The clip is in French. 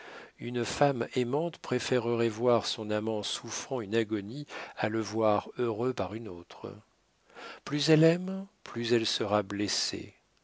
une femme aimante préférerait voir son amant souffrant une agonie à le voir heureux par une autre plus elle aime plus elle sera blessée